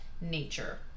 nature